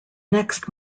next